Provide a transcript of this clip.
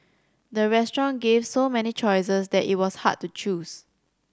the restaurant gave so many choices that it was hard to choose